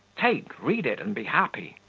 take, read it, and be happy.